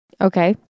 Okay